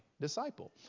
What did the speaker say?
disciple